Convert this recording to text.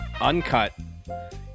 Uncut